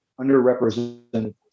underrepresented